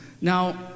Now